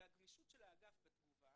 והגמישות של האגף בתגובה